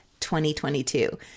2022